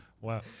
wow